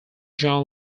john